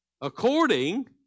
according